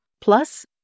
Plus